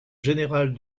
générale